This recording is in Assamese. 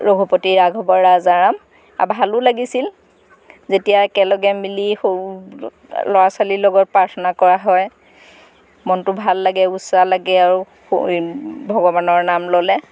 ৰঘুপতি ৰাঘৱ ৰাজা ৰাম আৰু ভালো লাগিছিল যেতিয়া একেলগে মিলি সৰু ল'ৰা ছোৱালীৰ লগত প্ৰাৰ্থনা কৰা হয় মনটো ভাল লাগে উচ্চ লাগে আৰু ভগৱানৰ নাম ল'লে